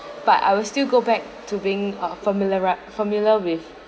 but I will still go back to being a familiaria~ familiar with